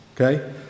Okay